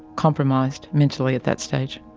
compromised mentally at that stage.